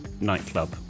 nightclub